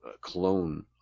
clone